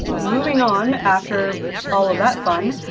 moving on, after all of that fun,